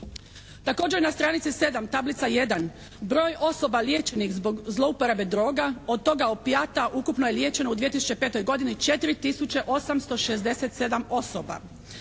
Također na stranici 7, tablica 1 broj osoba liječenih zbog zlouporabe droga, od toga opijata ukupno je liječeno u 2005. godini 4 tisuće 867 osoba.